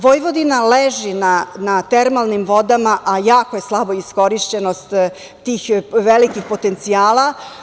Vojvodina leži na termalnim vodama, a jako je slaba iskorišćenost tih velikih potencijala.